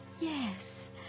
Yes